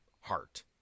heart